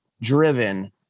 driven